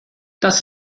das